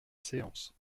séance